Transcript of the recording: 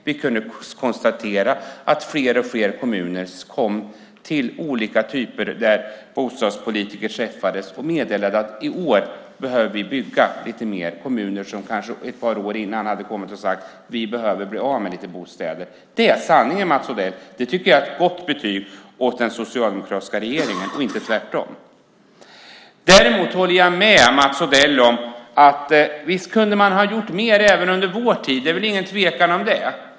Vi kunde konstatera att bostadspolitiker från fler och fler kommuner vid träffar meddelade att de behövde bygga lite mer just det året. Det var kommuner som ett par år tidigare hade sagt att de behövde bli av med lite bostäder. Det är sanningen, Mats Odell. Det tycker jag är ett gott betyg för den socialdemokratiska regeringen och inte tvärtom. Däremot håller jag med Mats Odell om att man kunde ha gjort mer även under vår tid. Det är ingen tvekan om det.